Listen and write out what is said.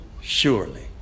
Surely